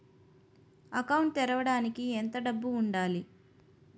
Account తెరవడానికి ఎంత డబ్బు ఉండాలి?